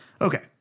Okay